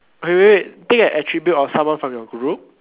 okay wait wait wait take an attribute of someone from your group